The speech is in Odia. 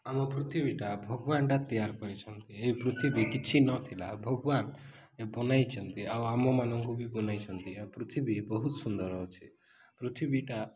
ଆମ ପୃଥିବୀଟା ଭଗବାନଟା ତିଆରି କରିଛନ୍ତି ଏ ପୃଥିବୀ କିଛି ନଥିଲା ଭଗବାନ ବନାଇଛନ୍ତି ଆଉ ଆମମାନଙ୍କୁ ବି ବନାଇଛନ୍ତି ଆଉ ପୃଥିବୀ ବହୁତ ସୁନ୍ଦର ଅଛି ପୃଥିବୀଟା